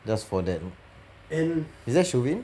just for that is that shu win